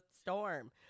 storm